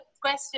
question